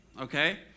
okay